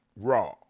Raw